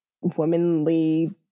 womanly